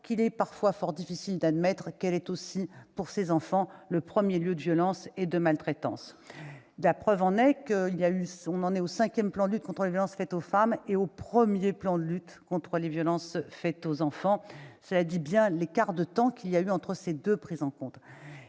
qu'il est parfois fort difficile d'admettre qu'elle est aussi, pour les enfants, le premier lieu de violence et de maltraitance. J'en veux pour preuve que l'on en est au cinquième plan de lutte contre les violences faites aux femmes et seulement au premier plan de lutte contre les violences faites aux enfants. Cela dit bien le décalage dans le temps entre les deux prises de